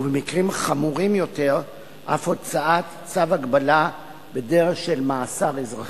ובמקרים חמורים יותר אף הוצאת צו הגבלה בדרך של מאסר אזרחי.